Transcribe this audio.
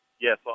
yes